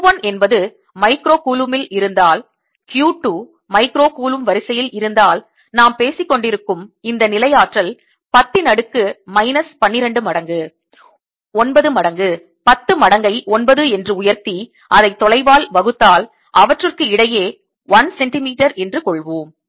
Q 1 என்பது micro கூலுமில் இருந்தால் Q 2 மைக்ரோ கூலும் வரிசையில் இருந்தால் நாம் பேசிக்கொண்டிருக்கும் இந்த நிலை ஆற்றல் 10 ன் அடுக்கு மைனஸ் 12 மடங்கு 9 மடங்கு 10 மடங்கை 9 என்று உயர்த்தி அதை தொலைவால் வகுத்தால் அவற்றுக்கிடையே 1 சென்டிமீட்டர் என்று கொள்வோம்